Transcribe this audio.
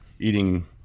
eating